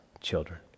children